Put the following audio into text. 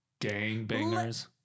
Gangbangers